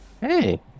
hey